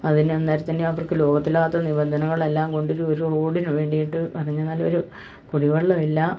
അതിനന്നേരം തന്നെ അവർക്ക് ലോകത്തില്ലാത്ത നിബന്ധനകളെല്ലാം കൊണ്ടൊരു ഒരു റോഡിന് വേണ്ടിയിട്ട് പറഞ്ഞെന്നാൽ ഒരു കുടിവെള്ളവില്ല